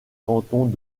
cantons